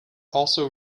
also